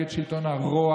בעזרת השם.